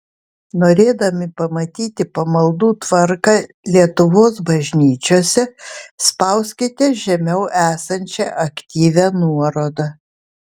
norėdami pamatyti pamaldų tvarką lietuvos bažnyčiose spauskite žemiau esančią aktyvią nuorodą